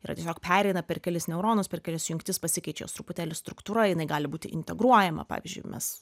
yra tiesiog pereina per kelis neuronus per kelias jungtis pasikeičia jos truputėlį struktūra jinai gali būti integruojama pavyzdžiui mes